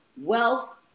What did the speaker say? wealth